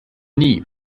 nie